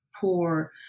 poor